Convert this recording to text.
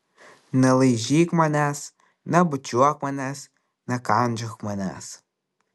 nelaižyk manęs nebučiuok manęs nekandžiok manęs